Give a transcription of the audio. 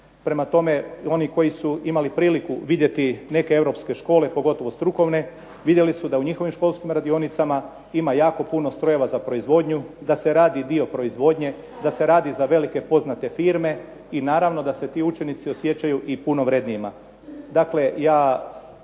Prema tome, oni koji su imali priliku vidjeti neke europske škole, pogotovo strukovne, vidjeli su da u njihovim školskim radionicama ima jako puno strojeva za proizvodnju, da se radi dio proizvodnje, da se radi za velike poznate firme i naravno da se ti učenici osjećaju i puno vrjednijima.